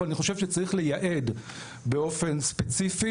ואני חושב שצריך לייעד באופן ספציפי,